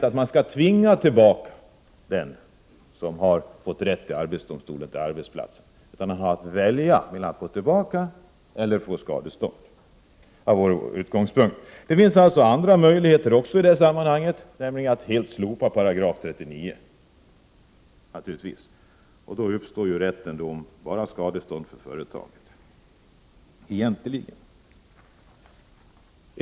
Vår utgångspunkt är att den arbetstagare som har fått rätt i arbetsdomstolen skall kunna välja mellan att kunna gå tillbaka och att få skadestånd. Det finns naturligtvis också andra möjligheter, nämligen att helt avskaffa § 39. Då uppstår egentligen bara rätt till skadestånd.